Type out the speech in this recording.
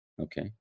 Okay